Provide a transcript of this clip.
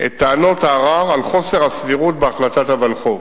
את טענות הערר על חוסר הסבירות בהחלטת הוולחו"ף.